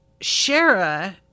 Shara